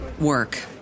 work